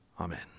Amen